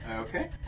Okay